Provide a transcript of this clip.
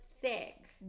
thick